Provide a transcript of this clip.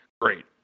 Great